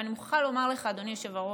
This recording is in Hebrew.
אבל אני מוכרחה לומר לך, אדוני היושב-ראש,